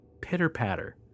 Pitter-patter